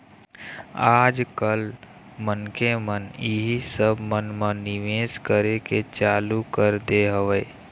आज कल मनखे मन इही सब मन म निवेश करे के चालू कर दे हवय